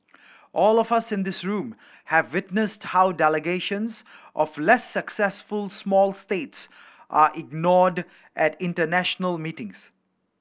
all of us in this room have witnessed how delegations of less successful small states are ignored at international meetings